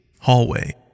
Hallway